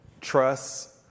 trust